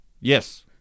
yes